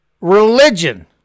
religion